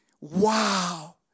wow